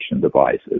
devices